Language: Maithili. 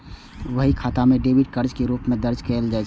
बही खाता मे डेबिट कें कर्ज के रूप मे दर्ज कैल जाइ छै